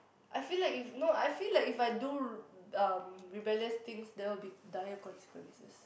I feel like if no I feel like if I do um rebellious things there will dire consequences